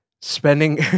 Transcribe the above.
spending